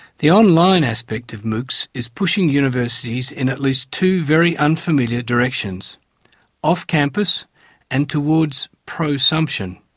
the online aspect of moocs is pushing universities in at least two very unfamiliar directions off campuses and towards prosumption.